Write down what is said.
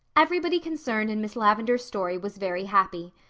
everybody concerned in miss lavendar's story was very happy.